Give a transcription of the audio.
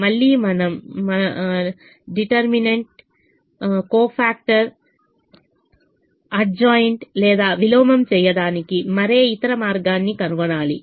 మళ్ళీ మనం నిర్ణయాత్మక సహ కారకం సర్దుబాటు లేదా విలోమం చేయడానికి మరే ఇతర మార్గాన్ని కనుగొనాలి